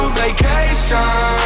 vacation